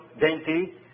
dainty